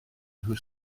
nhw